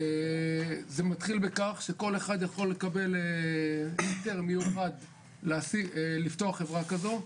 זה מתחיל בכך שכל אחד יכול לקבל היתר מיוחד לפתוח חברה כזו.